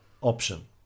option